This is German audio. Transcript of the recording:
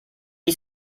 ist